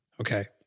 Okay